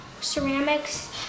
ceramics